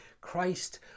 Christ